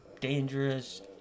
dangerous